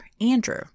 Andrew